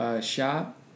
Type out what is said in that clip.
shop